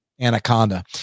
anaconda